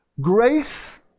grace